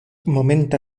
momenta